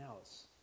else